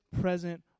present